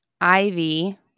Ivy